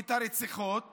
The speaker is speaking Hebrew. את הרציחות